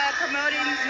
promoting